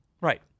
right